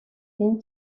این